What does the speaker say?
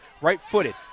right-footed